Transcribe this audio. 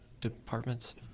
departments